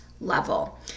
level